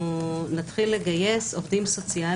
אנחנו יודעים שיש מחסור אדיר בעובדים סוציאליים,